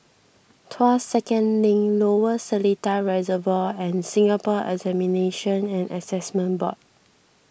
Tuas Second Link Lower Seletar Reservoir and Singapore Examinations and Assessment Board